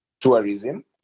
tourism